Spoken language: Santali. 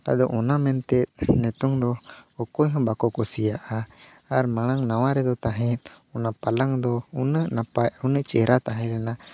ᱟᱫᱚ ᱚᱱᱟ ᱢᱮᱱᱛᱮᱫ ᱱᱤᱛᱚᱜ ᱫᱚ ᱚᱠᱚᱭ ᱦᱚᱸ ᱵᱟᱠᱚ ᱠᱩᱥᱤᱭᱟᱜᱼᱟ ᱟᱨ ᱢᱟᱲᱟᱝ ᱱᱟᱣᱟ ᱨᱮᱫᱚ ᱛᱟᱦᱮᱸᱫ ᱚᱱᱟ ᱯᱟᱞᱟᱝᱠ ᱫᱚ ᱩᱱᱟᱹᱜ ᱱᱟᱯᱟᱭ ᱩᱱᱟᱹᱜ ᱪᱮᱦᱨᱟ ᱛᱟᱦᱮᱸ ᱞᱮᱱᱟ